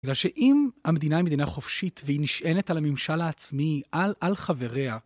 כי שאם המדינה היא מדינה חופשית והיא נשענת על הממשל העצמי, על חבריה...